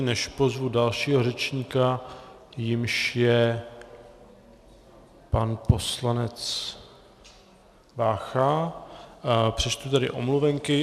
Než pozvu dalšího řečníka, jímž je pan poslanec Vácha, přečtu omluvenky.